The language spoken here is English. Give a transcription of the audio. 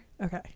Okay